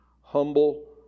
Humble